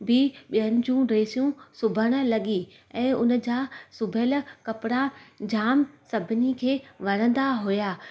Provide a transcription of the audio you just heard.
बि ॿियनि जूं ड्रेसियू सिबण लॻी ऐं उन जा सिबियल कपिड़ा जाम सभिनी खे वणंदा हुआ